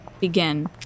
begin